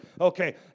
Okay